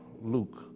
Luke